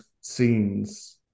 scenes